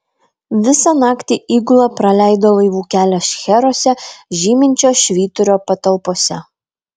visą naktį įgula praleido laivų kelią šcheruose žyminčio švyturio patalpose